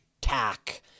tack